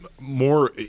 more